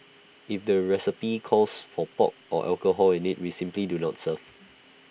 if the recipe calls for pork or alcohol in IT we simply do not serve